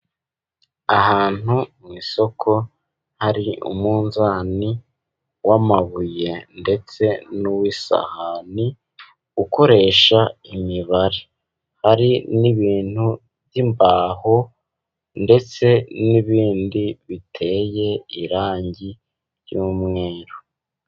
Ahantu mu isoko hari umunzani w'amabuye ndetse n'uw'isahani ukoresha imibare. Hari n'ibintu by'imbaho ndetse n'ibindi biteye irangi ry'umweru.